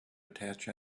attach